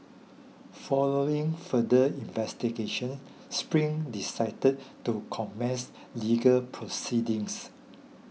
following further investigation Spring decided to commence legal proceedings